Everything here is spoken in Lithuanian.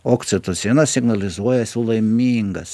oksitocinas signalizuoja esu laimingas